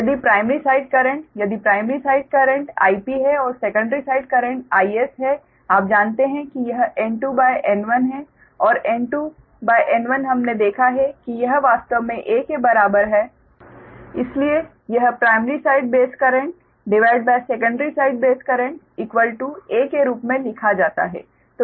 यदि primary side current यदि primary side current Ip है और सेकेंडरी साइड करंट Is है आप जानते हैं कि यह N2N1 है और N2N1 हमने देखा है कि यह वास्तव में a के बराबर है इसलिए यह primary side base currentsecondary side base currenta के रूप में लिखा जाता है